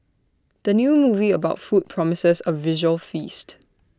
the new movie about food promises A visual feast